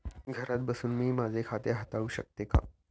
घरात बसून मी माझे खाते हाताळू शकते का?